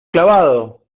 clavado